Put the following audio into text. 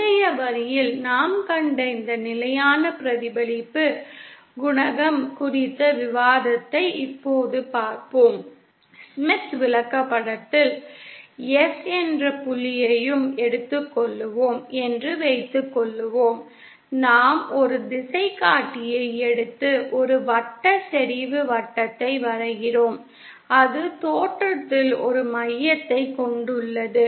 முந்தைய வரியில் நாம் கண்ட இந்த நிலையான பிரதிபலிப்பு குணகம் குறித்த விவாதத்தை இப்போது பார்ப்போம் ஸ்மித் விளக்கப்படத்தில் எஸ் S என்ற புள்ளியையும் எடுத்துக்கொள்வோம் என்று வைத்துக்கொள்வோம் நாம் ஒரு திசைகாட்டியை எடுத்து ஒரு வட்ட செறிவு வட்டத்தை வரைகிறோம் அது தோற்றத்தில் ஒரு மையத்தைக் கொண்டுள்ளது